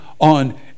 on